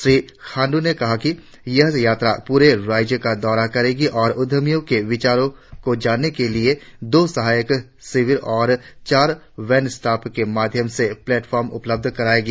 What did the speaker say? श्री खाण्ड्र ने कहा कि यह यात्रा पूरे राज्य का दौरा करेगी और उद्यमियों के विचारों को जानने के लिए दो सहायता शिवर और चार वैन स्टाफ के माध्यम से प्लेटफार्म उपलब्ध करायेगी